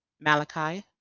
Malachi